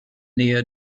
nähe